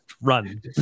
Run